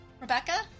Rebecca